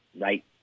right